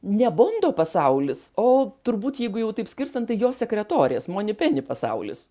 ne bondo pasaulis o turbūt jeigu jau taip skirstant tai jo sekretorės moni peni pasaulis